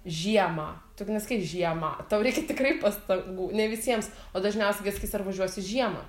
žiemą tu gi nesakai žiemą tau reikia tikrai pastangų ne visiems o dažniausiai jie sakys ar važiuosi žiemą